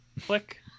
click